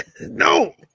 no